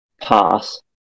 Pass